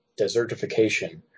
desertification